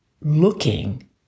looking